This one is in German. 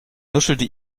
nuschelte